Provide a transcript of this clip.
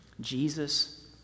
Jesus